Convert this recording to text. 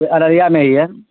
ارریا میں ہی ہے